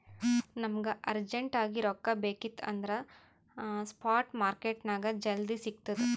ನಮುಗ ಅರ್ಜೆಂಟ್ ಆಗಿ ರೊಕ್ಕಾ ಬೇಕಿತ್ತು ಅಂದುರ್ ಸ್ಪಾಟ್ ಮಾರ್ಕೆಟ್ನಾಗ್ ಜಲ್ದಿ ಸಿಕ್ತುದ್